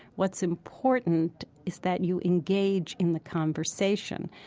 what's important is that you engage in the conversation.